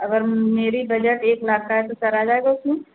अगर मेरी बजट एक लाख का है तो सर आ जाएगा उसमें